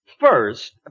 first